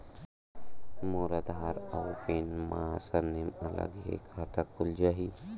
मोर आधार आऊ पैन मा सरनेम अलग हे खाता खुल जहीं?